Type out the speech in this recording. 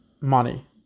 money